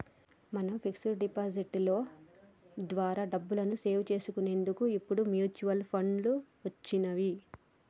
మనం fix deposit లో ద్వారా డబ్బుని సేవ్ చేసుకునేటందుకు ఇప్పుడు మ్యూచువల్ ఫండ్లు వచ్చినియ్యి